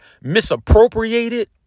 misappropriated